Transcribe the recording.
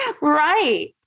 right